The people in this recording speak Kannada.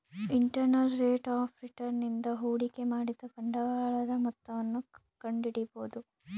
ಇಂಟರ್ನಲ್ ರೇಟ್ ಆಫ್ ರಿಟರ್ನ್ ನಿಂದ ಹೂಡಿಕೆ ಮಾಡಿದ ಬಂಡವಾಳದ ಮೊತ್ತವನ್ನು ಕಂಡಿಡಿಬೊದು